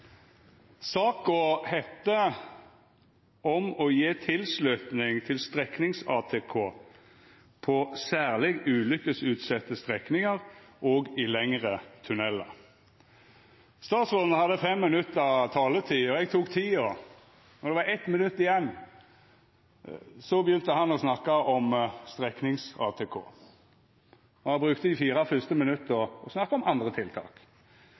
Saka gjeld representantforslag om å gje tilslutning til streknings-ATK på særleg ulykkesutsette strekningar og i lengre tunellar. Statsråden hadde fem minutts taletid, og eg tok tida. Då det var eitt minutt igjen, begynte han å snakka om streknings-ATK. Han brukte dei fire fyrste minutta til å snakka om andre tiltak.